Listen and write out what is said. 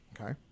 Okay